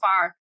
far